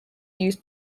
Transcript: used